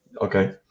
Okay